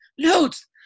loads